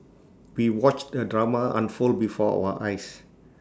we watched the drama unfold before our eyes